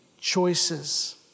choices